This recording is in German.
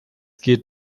geht